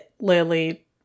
lily